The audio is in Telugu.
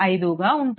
5గా ఉంటుంది